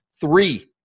three